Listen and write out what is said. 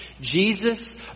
Jesus